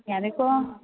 ꯌꯥꯔꯦꯀꯣ